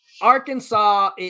Arkansas